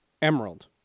Emerald